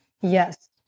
Yes